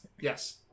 yes